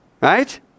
Right